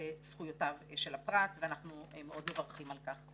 זכויותיו של הפרט ואנחנו מאוד מברכים על כך.